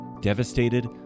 devastated